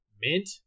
Mint